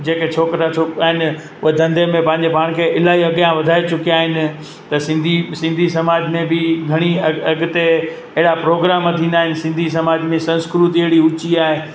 जेके छोकिरा छोक आहिनि उहे धंधे में पंहिंजे पाण खे इलाही अॻियां वधाए चुकिया आहिनि त सिंधी सिंधी समाज में बि घणी अॻिते अहिड़ा प्रोग्राम थींदा आहिनि सिंधी समाज में संस्कृति अहिड़ी ऊची आहे